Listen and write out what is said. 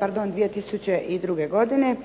pardon 2002. godine